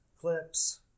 clips